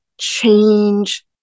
change